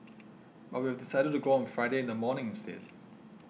but we have decided to go on Friday in the morning instead